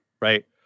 right